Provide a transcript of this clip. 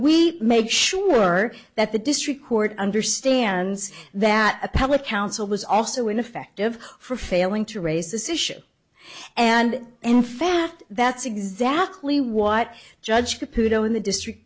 we make sure that the district court understands that a public counsel was also ineffective for failing to raise this issue and in fact that's exactly what judge pujo in the district